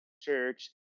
church